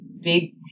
big